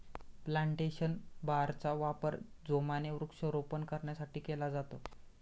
plantation बारचा वापर जोमाने वृक्षारोपण करण्यासाठी केला जातो